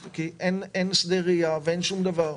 כי אין שדה ראייה ואין שום דבר.